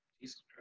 Jesus